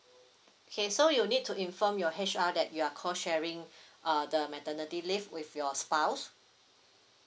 okay so you need to inform your H_R that you are co sharing uh the maternity leave with your spouse